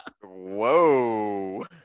whoa